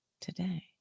today